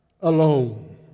alone